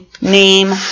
name